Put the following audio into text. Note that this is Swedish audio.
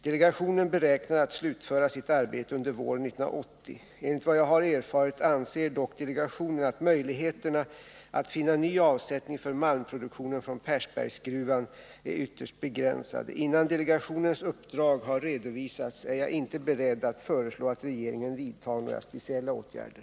Delegationen beräknar att slutföra sitt arbete under våren 1980. Enligt vad jag har erfarit anser dock delegationen att möjligheterna att finna ny avsättning för malmproduktionen från Persbergsgruvan är ytterst begränsade. Innan delegationens uppdrag har redovisats är jag inte beredd att föreslå att regeringen vidtar några speciella åtgärder.